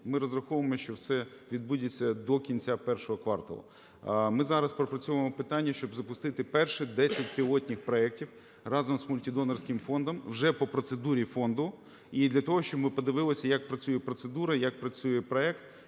ми розраховуємо, що це відбудеться до кінця першого кварталу, ми зараз пропрацьовуємо питання, щоб запустити перші 10 пілотних проектів разом з Мультидонорським фондом вже по процедурі фонду і для того, щоб ми подивилися, як працює процедура і як працює проект,